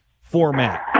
format